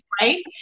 right